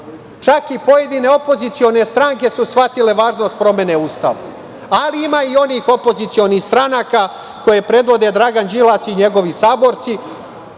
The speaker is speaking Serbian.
Čak i pojedine opozicione stranke su shvatile važnost promene Ustava, ali ima i onih opozicionih stranaka koje predvode Dragan Đilas i njegovi saborci